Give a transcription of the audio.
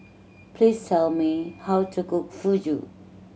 please tell me how to cook Fugu